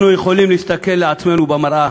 אנחנו יכולים להסתכל על עצמנו במראה,